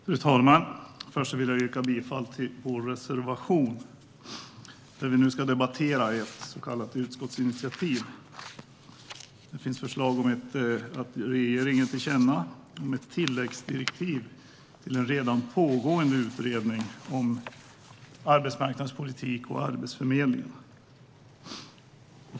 Fru talman! Jag vill börja med att yrka bifall till reservationen innan vi börjar debattera detta utskottsinitiativ. I det finns förslag om ett tillkännagivande till regeringen gällande ett tilläggsdirektiv till en redan pågående utredning om arbetsmarknadspolitik och Arbetsförmedlingen.